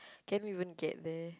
can we even get there